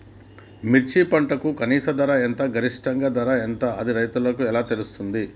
మిర్చి పంటకు కనీస ధర ఎంత గరిష్టంగా ధర ఎంత అది రైతులకు ఎలా తెలుస్తది?